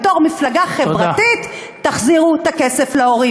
בתור מפלגה חברתית, תחזירו את הכסף להורים.